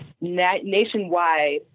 nationwide